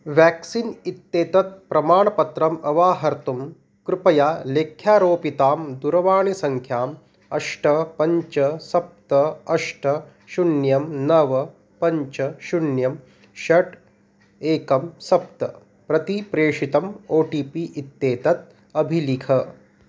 vaccine इत्येतत् प्रमाणपत्रम् अवाहर्तुं कृपया लेख्यारोपितां दूरवाणीसङ्ख्याम् अष्ट पञ्च सप्त अष्ट शून्यं नव पञ्च शून्यं षट् एकं सप्त प्रति प्रेषितम् ओ टि पि इत्येतत् अभिलिख